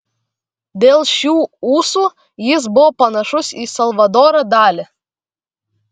dėl šių ūsų jis buvo panašus į salvadorą dali